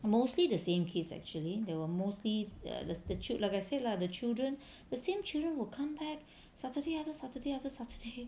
mostly the same kids actually there were mostly the chil~ like I say lah the children the same children will come back saturday after saturday after saturday